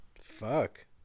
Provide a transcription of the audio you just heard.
Fuck